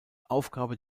aufgabe